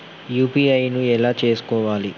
UPI ను ఎలా చేస్కోవాలి?